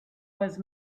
was